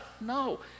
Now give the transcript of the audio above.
No